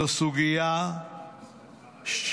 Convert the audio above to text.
זו סוגיה קיומית